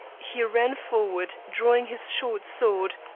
he ran forward, drawing his short sword,